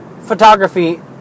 photography